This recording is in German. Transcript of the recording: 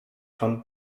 von